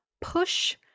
push